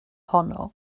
honno